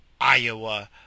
Iowa